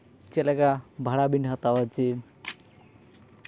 ᱪᱮᱫ ᱞᱮᱠᱟ ᱵᱷᱟᱲᱟ ᱵᱤᱱ ᱦᱟᱛᱟᱣᱟ ᱡᱮ